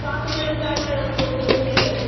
سات بجے چاہیے ہم کو ضروری ہے